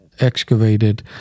excavated